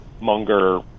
Munger